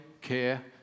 care